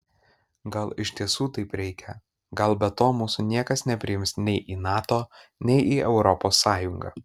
gal iš tiesų taip reikia gal be to mūsų niekas nepriims nei į nato nei į europos sąjungą